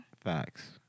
Facts